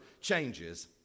changes